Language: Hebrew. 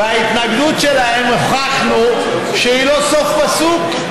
וההתנגדות שלהם, הוכחנו שהיא לא סוף פסוק.